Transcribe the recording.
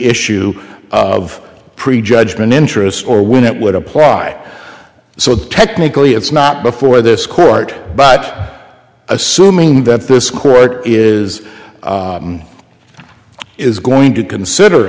issue of pre judgment interest or when it would apply so technically it's not before this court but assuming that this court is is going to consider